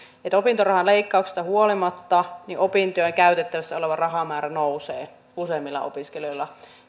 opintorahan leikkauksesta huolimatta opintoihin käytettävissä oleva rahamäärä nousee useimmilla opiskelijoilla